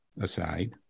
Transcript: aside